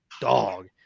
dog